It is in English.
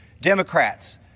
Democrats